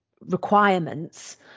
requirements